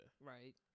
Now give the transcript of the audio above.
Right